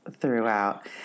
throughout